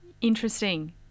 Interesting